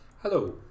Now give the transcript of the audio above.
Hello